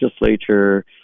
legislature